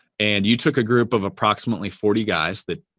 and you took a group of approximately forty guys that.